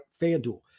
FanDuel